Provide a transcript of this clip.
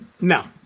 No